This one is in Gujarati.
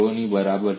ની બરાબર છે